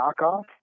knockoff